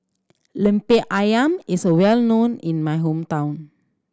Lemper Ayam is a well known in my hometown